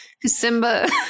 Simba